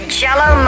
jello